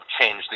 change